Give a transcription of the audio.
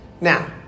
now